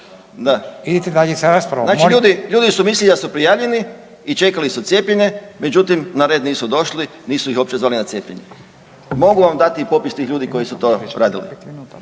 (Nezavisni)** Znači ljudi, ljudi su mislili da su prijavljeni i čekali su cijepljenje, međutim na red nisu došli, nisu ih uopće zvali na cijepljenje. Mogu vam dati i popis tih ljudi koji su to radili,